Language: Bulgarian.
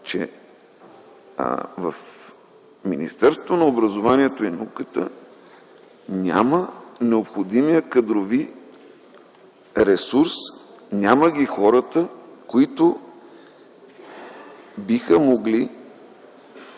че в Министерството на образованието, младежта и науката няма необходим кадрови ресурс, няма ги хората, които биха могли